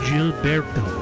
Gilberto